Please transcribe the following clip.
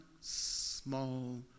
small